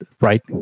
right